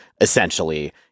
essentially